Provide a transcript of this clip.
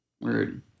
Weird